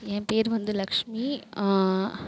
என் பேர் வந்து லக்ஷ்மி